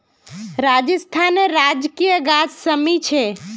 राजस्थानेर राजकीय गाछ शमी छे